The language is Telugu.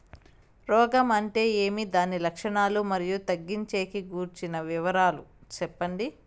రోగం అంటే ఏమి దాని లక్షణాలు, మరియు తగ్గించేకి గురించి వివరాలు సెప్పండి?